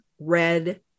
red